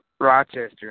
Rochester